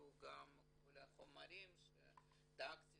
גם כל החומרים שדאגתי